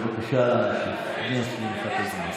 בבקשה, אייכלר.